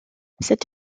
cette